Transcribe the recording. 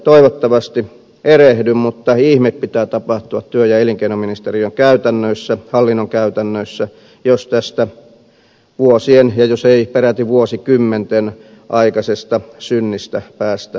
toivottavasti erehdyn mutta ihme pitää tapahtua työ ja elinkeinoministeriön käytännöissä hallinnon käytännöissä jos tästä vuosien jos ei peräti vuosikymmenten aikaisesta synnistä päästä eroon